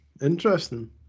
Interesting